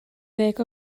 ddeg